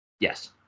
Yes